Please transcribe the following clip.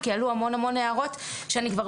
כולנו